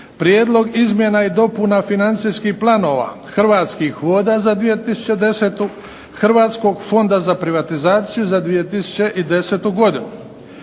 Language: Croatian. Prijedlog izmjena i dopuna financijskih planova Hrvatskih voda i Hrvatskog fonda za privatizaciju za 2010. godinu.